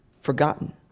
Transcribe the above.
forgotten